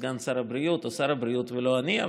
סגן שר הבריאות או שר הבריאות ולא אני.